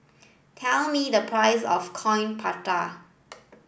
tell me the price of Coin Prata